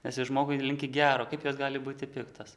nes jos žmogui linki gero kaip jos gali būti piktos